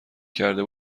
کرده